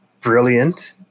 brilliant